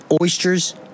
oysters